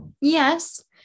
Yes